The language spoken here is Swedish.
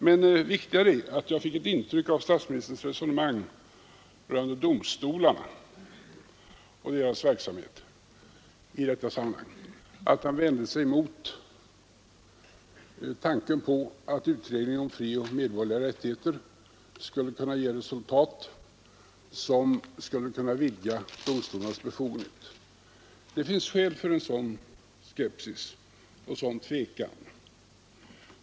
Men viktigare är att jag av statsministerns resonemang rörande domstolarna och deras verksamhet i detta sammanhang fick intrycket att han vände sig mot tanken på att utredningen om de medborgerliga frioch rättigheterna skulle kunna ge ett resultat som skulle kunna vidga domstolarnas befogenheter. Det finns skäl för en sådan skepsis och en sådan tvekan.